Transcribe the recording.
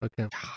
Okay